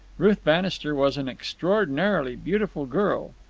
ruth bannister was an extraordinarily beautiful girl,